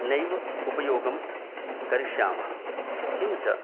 नैव उपयोगं करिष्यामः किञ्च